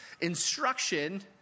instruction